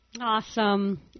Awesome